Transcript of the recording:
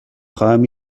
خواهم